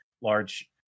large